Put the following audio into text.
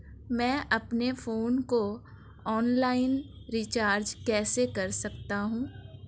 मैं अपने फोन को ऑनलाइन रीचार्ज कैसे कर सकता हूं?